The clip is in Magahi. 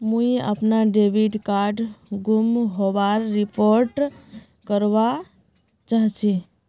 मुई अपना डेबिट कार्ड गूम होबार रिपोर्ट करवा चहची